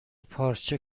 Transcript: پارچه